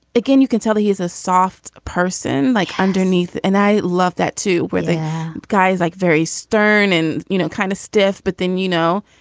it can you can tell he's a soft person like underneath. and i love that, too, with guys like very stern and, you know, kind of stiff. but then, you know,